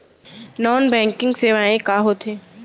non banking सेवाएं का होथे